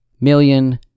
million